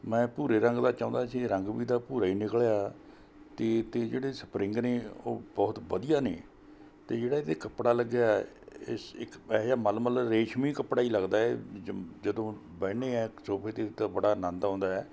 ਮੈਂ ਭੂਰੇ ਰੰਗ ਦਾ ਚਾਹੁੰਦਾ ਸੀ ਰੰਗ ਵੀ ਇਹਦਾ ਭੂਰਾ ਹੀ ਨਿਕਲਿਆ ਅਤੇ ਇਹ 'ਤੇ ਜਿਹੜੇ ਸਪਰਿੰਗ ਨੇ ਉਹ ਬਹੁਤ ਵਧੀਆ ਨੇ ਅਤੇ ਜਿਹੜਾ ਇਹ 'ਤੇ ਕੱਪੜਾ ਲੱਗਿਆ ਇਸ ਇੱਕ ਇਹ ਜਿਹਾ ਮਲ ਮਲ ਰੇਸ਼ਮੀ ਕੱਪੜਾ ਹੀ ਲੱਗਦਾ ਏ ਜ ਜਦੋਂ ਬਹਿੰਦੇ ਹਾਂ ਸੋਫੇ 'ਤੇ ਤਾਂ ਬੜਾ ਆਨੰਦ ਆਉਂਦਾ